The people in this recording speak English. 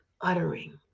uttering